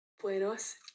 Buenos